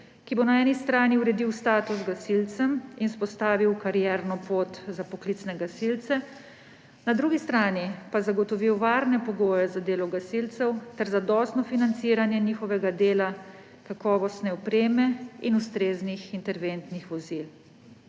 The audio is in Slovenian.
ki bo na eni strani uredil status gasilcem in vzpostavil karierno pot za poklicne gasilce, na drugi strani pa zagotovil varne pogoje za delo gasilcev ter zadostno financiranje njihovega dela, kakovostne opreme in ustreznih interventnih vozil.